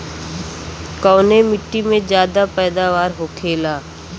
कवने मिट्टी में ज्यादा पैदावार होखेला?